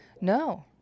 no